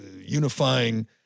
unifying